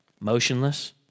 motionless